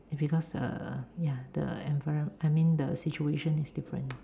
because err ya the env~ I mean the situation is different